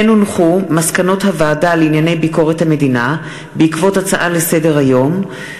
מסקנות הוועדה לענייני ביקורת המדינה בעקבות דיון בנושא: